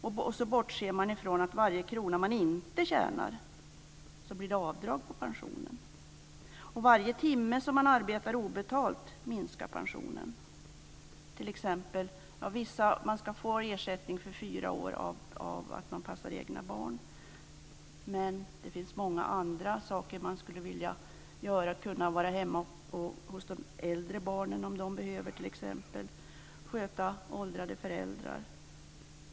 Man bortser från att för varje krona som de inte tjänar blir det avdrag på pensionen. För varje timme av obetalt arbete minskar pensionen. Pensionärerna ska få ersättning för fyra år av passning av egna barn, men det finns många andra saker som man skulle vilja göra. Man skulle t.ex. kanske vilja vara hemma hos de äldre barnen om de behöver det eller för att sköta åldrade föräldrar.